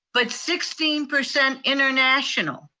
but sixteen percent international.